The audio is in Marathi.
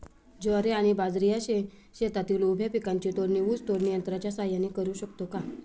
ज्वारी आणि बाजरी या शेतातील उभ्या पिकांची तोडणी ऊस तोडणी यंत्राच्या सहाय्याने करु शकतो का?